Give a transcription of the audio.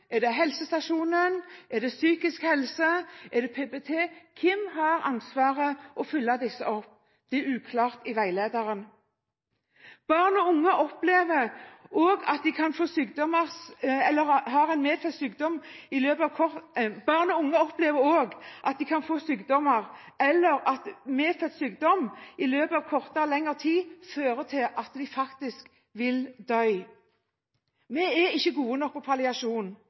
er det helsestasjonen, er det psykisk helse, er det PPT – hvem har ansvaret for å følge disse opp? Det er uklart i veilederen. Barn og unge opplever også at de kan få sykdommer eller ha en medfødt sykdom som i løpet av kortere eller lengre tid fører til at de faktisk vil dø. Vi er ikke gode nok på palliasjon. Vi har ikke god nok kompetanse til